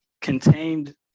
contained